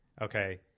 okay